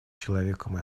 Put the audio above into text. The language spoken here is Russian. человеком